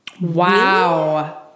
Wow